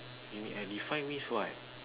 you define means what